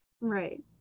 Right